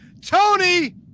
Tony